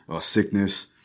sickness